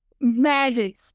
Magic